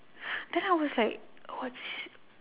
then I was like